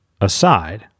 aside